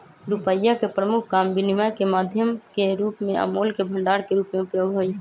रुपइया के प्रमुख काम विनिमय के माध्यम के रूप में आ मोल के भंडार के रूप में उपयोग हइ